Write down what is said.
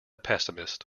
pessimist